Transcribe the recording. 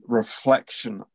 reflection